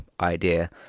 idea